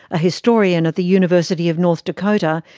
a historian at the university of north dakota,